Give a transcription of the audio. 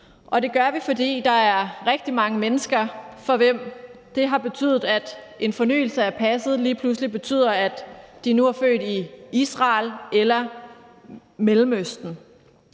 Og det gør vi, fordi der er rigtig mange mennesker, for hvem det har betydet, at en fornyelse af passet lige pludselig betød, at de nu var født i Israel eller i Mellemøsten.